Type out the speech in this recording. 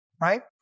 right